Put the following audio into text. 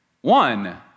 one